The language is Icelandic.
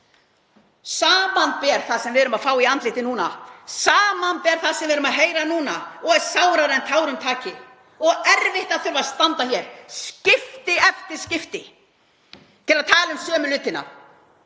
samanber það sem við erum að fá í andlitið núna, samanber það sem við erum að heyra núna og er sárara en tárum taki. Það er erfitt að þurfa að standa hér skipti eftir skipti og tala um sömu hlutina,